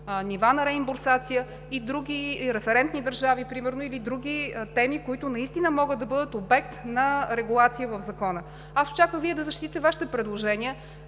нива на реимбурсация, референтни държави или други теми, които могат да бъдат обект на регулация в Закона. Аз очаквах Вие да защитите Вашите предложения